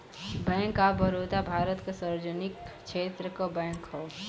bank of Baroda Bharat क सार्वजनिक क्षेत्र क बैंक हौ